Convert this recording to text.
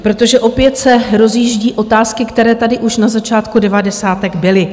Protože opět se rozjíždí otázky, které tady už na začátku devadesátek byly.